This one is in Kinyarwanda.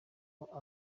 uko